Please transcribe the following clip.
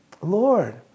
Lord